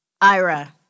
Ira